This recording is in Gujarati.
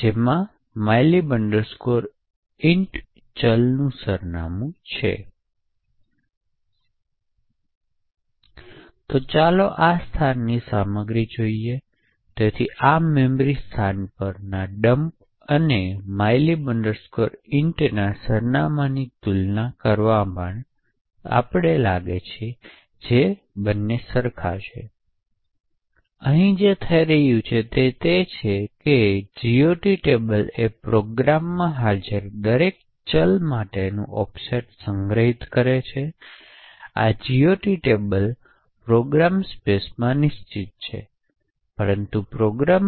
જેમાં mylib int ચલનું સરનામું છે જુઓ driver